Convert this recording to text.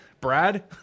Brad